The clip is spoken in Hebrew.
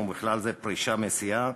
ובכלל זה פרישה מסיעה,